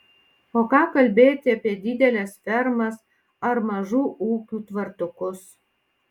o ką kalbėti apie dideles fermas ar mažų ūkių tvartukus